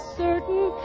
certain